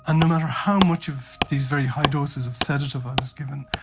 ah no matter how much of these very high doses of sedative i was given,